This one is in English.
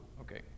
Okay